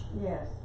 Yes